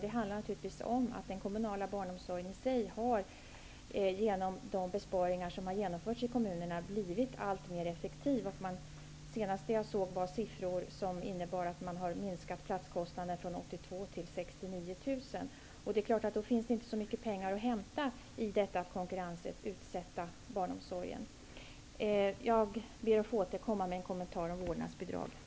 Det handlar om att den kommunala barnomsorgen i sig har med hjälp av de besparingar som har genomförts i kommunerna blivit alltmer effektiv. De senaste siffrorna visar att platskostnaden har minskat från 82 000 kr till 69 000 kr. Då finns det inte så mycket pengar att hämta i fråga om att utsätta barnomsorgen för konkurrens. Jag ber att få återkomma med en kommentar om vårdnadsbidraget.